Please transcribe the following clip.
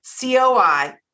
COI